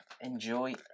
enjoy